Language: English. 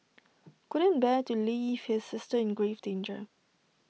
couldn't bear to leave his sister in grave danger